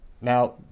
Now